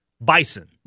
Bison